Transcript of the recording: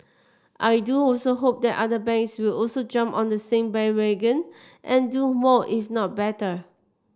I do also hope that other banks will also jump on the same bandwagon and do more if not better